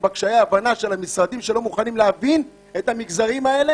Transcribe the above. בקשיי ההבנה של המשרדים שלא מוכנים להבין את המגזרים האלה,